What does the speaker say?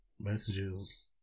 messages